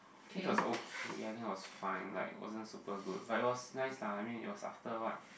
it was okay I think was fine like wasn't super good but it was nice lah I mean you after [what]